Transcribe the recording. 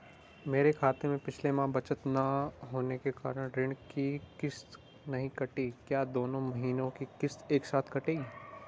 मेरे खाते में पिछले माह बचत न होने के कारण ऋण की किश्त नहीं कटी है क्या दोनों महीने की किश्त एक साथ कटेगी?